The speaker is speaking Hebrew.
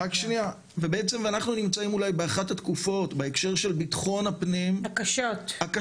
ובעצם אנחנו נמצאים אולי באחת התקופות בהקשר של ביטחון הפנים הקשות.